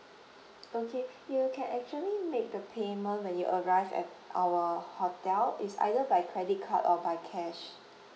okay you can actually make the payment when you arrive at our hotel it's either by credit card or by cash